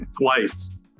Twice